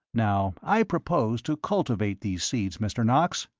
now, i propose to cultivate these seeds, mr. knox.